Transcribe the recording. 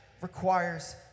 requires